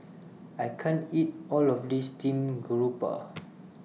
I can't eat All of This Steamed Garoupa